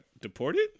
deported